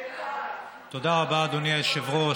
תודה רבה, אדוני היושב-ראש.